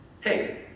hey